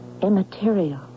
immaterial